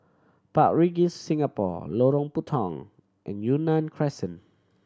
Park Regis Singapore Lorong Puntong and Yunnan Crescent